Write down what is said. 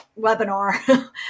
webinar